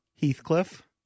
Heathcliff